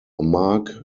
mark